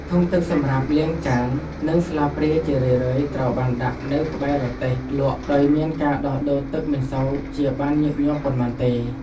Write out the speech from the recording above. ធុងទឹកសម្រាប់លាងចាន និងស្លាបព្រាជារឿយៗត្រូវបានដាក់នៅក្បែររទេះលក់ដោយមានការដោះដូរទឹកមិនសូវជាបានញឹកញាប់ប៉ុន្មានទេ។